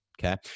okay